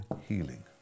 healing